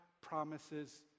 promises